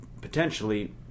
potentially